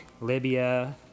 libya